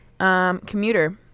Commuter